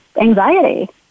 anxiety